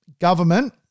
government